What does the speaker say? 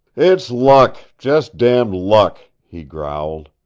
it's luck just damned luck! he growled.